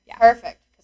perfect